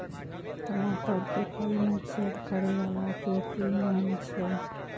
टमाटर के फल में छेद करै वाला के कि नाम छै?